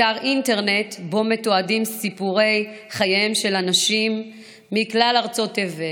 גם אתר אינטרנט שבו מתועדים סיפורי חייהם של אנשים מכלל ארצות תבל,